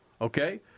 Okay